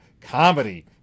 comedy